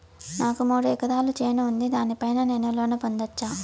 నాకు మూడు ఎకరాలు చేను ఉంది, దాని పైన నేను లోను పొందొచ్చా?